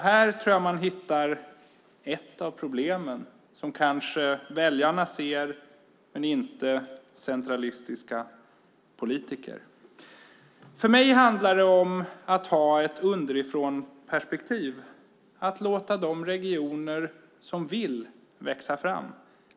Här tror jag att man hittar ett av de problem som kanske väljarna men inte centralistiska politiker ser. För mig handlar det om att ha ett underifrånperspektiv - att låta de regioner som vill växa fram.